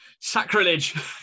sacrilege